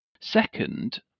Second